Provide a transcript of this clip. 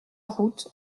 route